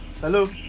Hello